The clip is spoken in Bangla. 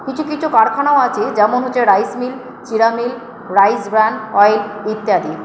কিছু কিছু কারখানাও আছে যেমন হচ্ছে রাইস মিল জিরা মিল রাইস ব্র্যান ওয়েল ইত্যাদি